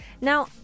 now